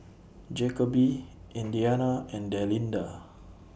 Jacoby Indiana and Delinda